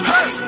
Hey